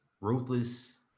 ruthless